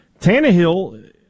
Tannehill